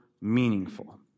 meaningful